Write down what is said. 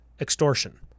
Extortion